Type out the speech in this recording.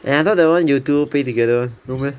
eh I thought that [one] you two pay together no meh